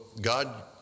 God